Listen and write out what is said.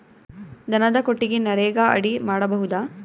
ದನದ ಕೊಟ್ಟಿಗಿ ನರೆಗಾ ಅಡಿ ಮಾಡಬಹುದಾ?